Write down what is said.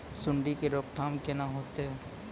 सुंडी के रोकथाम केना होतै?